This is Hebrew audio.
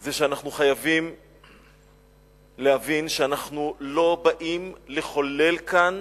אנחנו חייבים להבין שאנחנו לא באים לחולל כאן